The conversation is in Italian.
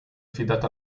affidata